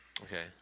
Okay